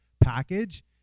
package